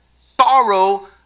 sorrow